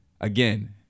Again